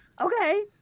Okay